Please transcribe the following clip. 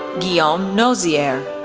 guillaume noziere,